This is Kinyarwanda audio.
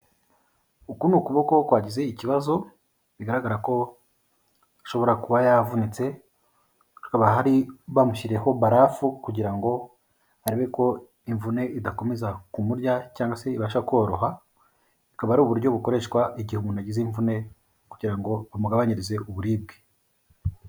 Uku ni ukuboko kwagize ikibazo, bigaragara ko ashobora kuba yavunitse bakaba bamushyiriyeho barafu kugira ngo barebe ko imvune idakomeza kumurya cyangwa se ibasha koroha, akaba ari uburyo bukoreshwa igihe umuntu agize imvune kugira ngo bamugabanyirize uburibwe.